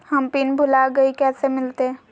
हम पिन भूला गई, कैसे मिलते?